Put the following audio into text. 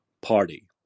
party